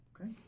Okay